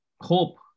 hope